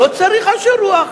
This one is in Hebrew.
לא צריך אנשי רוח.